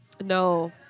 no